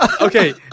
okay